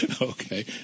Okay